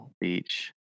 Beach